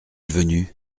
venu